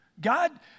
God